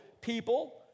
people